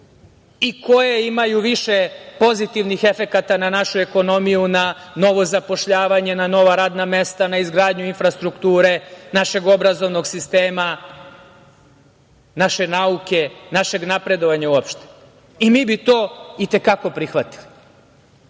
i koje imaju više pozitivnih efekata na našu ekonomiju, na novo zapošljavanje, na nova radna mesta, na izgradnju infrastrukture, našeg obrazovnog sistema, naše nauke, našeg napredovanja uopšte? Mi bi to i te kako prihvatili. Siguran